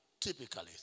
typically